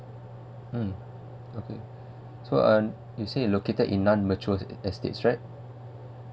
mm okay so um you say located in non mature estate right